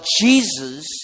Jesus